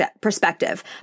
perspective